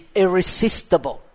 irresistible